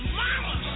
mama